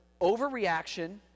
overreaction—